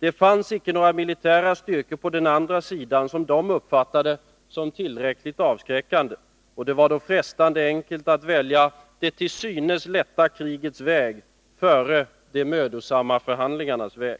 Det fanns icke några militära styrkor på den andra sidan som de uppfattade som tillräckligt avskräckande, och det var då frestande enkelt att välja det till synes lätta krigets väg före de mödosamma förhandlingarnas väg.